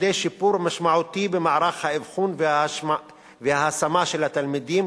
כדי שיפור משמעותי במערך האבחון וההשמה של התלמידים,